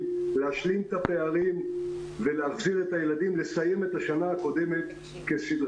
ולהשלים את הפערים ולאפשר לילדים לסיים את השנה כסדרה.